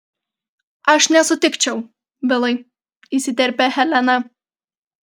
aš nesutikčiau vilai įsiterpia helena